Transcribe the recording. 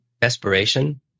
Desperation